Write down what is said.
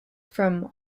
from